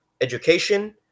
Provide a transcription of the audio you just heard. education